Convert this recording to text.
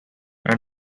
and